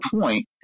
point